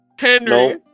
Henry